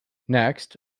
next